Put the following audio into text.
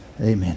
Amen